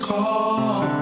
call